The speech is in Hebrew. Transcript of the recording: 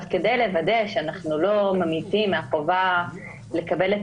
אז כדי לוודא שאנחנו לא ממעיטים מהחובה לקבל את